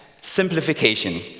simplification